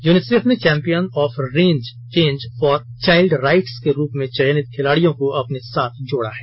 UNICEF ने champion of change for child rights के रूप में चयनित खिलाड़ियों को अपने साथ जोड़ा है